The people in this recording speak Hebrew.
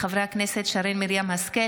הצעתם של חברי הכנסת שרן מרים השכל,